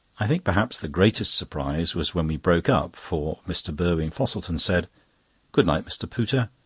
i think perhaps the greatest surprise was when we broke up, for mr. burwin-fosselton said good-night, mr. pooter.